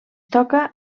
toca